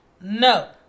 no